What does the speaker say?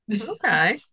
okay